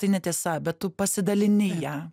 tai netiesa bet tu pasidalini ja